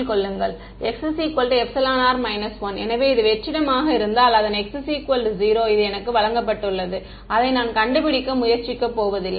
xr 1எனவே இது வெற்றிடமாக இருந்தால் அதன் x 0 இது எனக்கு வழங்கப்பட்டுள்ளது அதை நான் கண்டுபிடிக்க முயற்சிக்கப் போவதில்லை